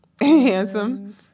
handsome